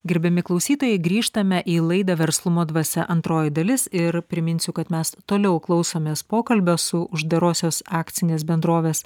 gerbiami klausytojai grįžtame į laidą verslumo dvasia antroji dalis ir priminsiu kad mes toliau klausomės pokalbio su uždarosios akcinės bendrovės